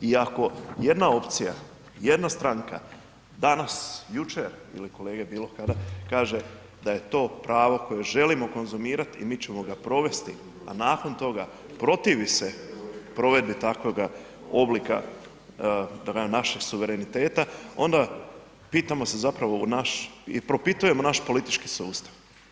I ako jedna opcija, jedna stranka danas, jučer ili kolege bilo kada kaže da je to pravo koje želimo konzumirati i mi ćemo ga provesti a nakon toga protivi se provedbi takvoga oblika našeg suvereniteta onda pitamo se zapravo u naš i propitujemo naš politički sustav.